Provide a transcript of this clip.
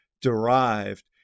derived